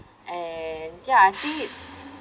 and yeah I think it's